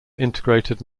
integrated